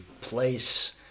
place